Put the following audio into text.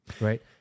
right